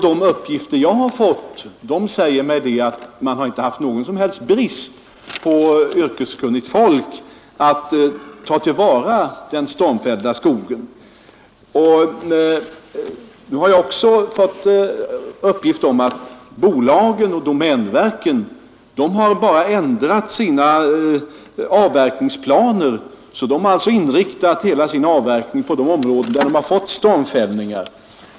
De uppgifter som jag har fått säger mig att det har inte varit nagon som helst brist på yrkeskunnigt folk för att ta till vara den stormfällda skogen. Nu har jag också fatt uppgift om att bolagen och domänverket bara har ändrat sina avverkningsplaner. De har alltså inriktat sin avverkning pa de områden där de har fatt stormfällningar.